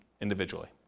individually